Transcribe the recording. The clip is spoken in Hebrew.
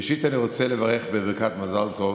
ראשית אני רוצה לברך בברכת מזל טוב